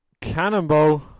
Cannonball